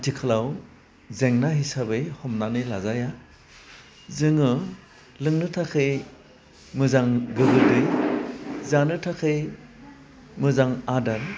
आथिखालाव जेंना हिसाबै हमनानै लाजाया जोङो लोंनो थाखाय मोजां गोग्गो दै जानो थाखै मोजां आदार